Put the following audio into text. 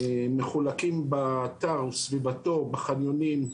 מחולקים באתר וסביבתו, בחניונים,